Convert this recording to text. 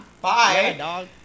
Bye